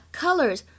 colors